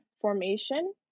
formation